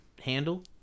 handle